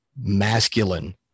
masculine